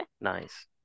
Nice